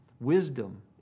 Wisdom